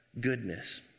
goodness